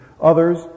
Others